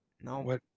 No